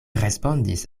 respondis